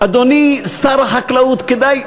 אדוני שר החקלאות, כדאי,